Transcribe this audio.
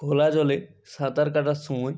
খোলা জলে সাঁতার কাটার সময়